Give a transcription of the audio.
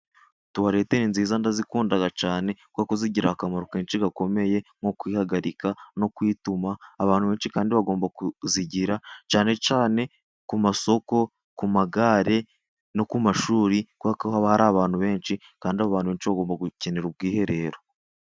Tuwalete ni nziza ndazikunda cyane kuko zigira akamaro kenshi gakomeye nko kwihagarika no kwituma. Abantu benshi kandi bagomba kuzigira cyane cyane ku masoko, ku magare no ku mashuri kuko haba hari abantu benshi, kandi abantu benshi bagomba gukenera ubwiherero.